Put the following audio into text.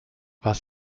was